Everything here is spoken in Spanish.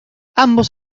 ambos